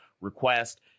request